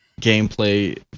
gameplay